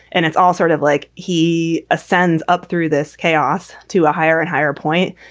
and it's all sort of like he ascends up through this chaos to a higher and higher point.